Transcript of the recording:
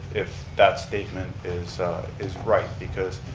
if that statement is is right because,